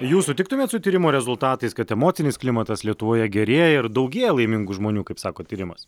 jūs sutiktumėt su tyrimų rezultatais kad emocinis klimatas lietuvoje gerėja ir daugėja laimingų žmonių kaip sako tyrimas